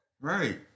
Right